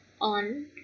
on